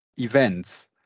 events